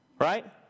right